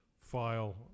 file